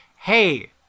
hey